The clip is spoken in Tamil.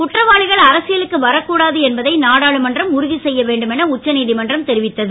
குற்றவாளிகள் அரசியலுக்கு வரக்கூடாது என்பதை நாடாளுமன்றம் உறுதி செய்ய வேண்டும் என உச்சநீதிமன்றம் தெரிவித்தது